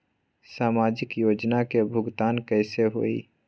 समाजिक योजना के भुगतान कैसे होई?